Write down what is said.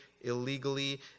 illegally